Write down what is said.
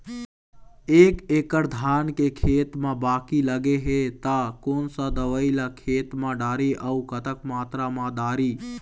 एक एकड़ धान के खेत मा बाकी लगे हे ता कोन सा दवई ला खेत मा डारी अऊ कतक मात्रा मा दारी?